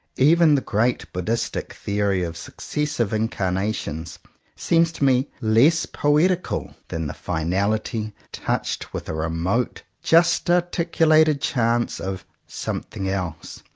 even the great buddhistic theory of successive incarnations seems to me less poetical than the finality, touched with a remote just-articulated chance of something else,